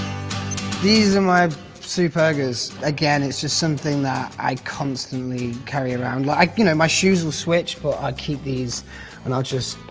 these are my supergas. again, it's just something that i constantly carry around. like, you know my shoes will switch but i'll keep these and i'll just,